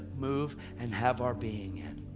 move, and have our being in.